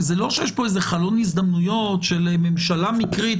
וזה לא שיש פה חלון הזדמנויות של ממשלה מקרית